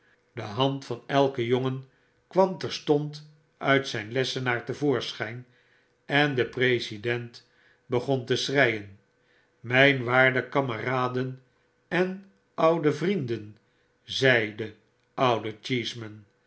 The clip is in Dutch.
de hand van elken jongen kwam terstond uit zp lessenaar te voorschijn en de president begon te schreien myn waarde kameraden en oude vrienden zeide oude